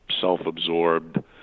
self-absorbed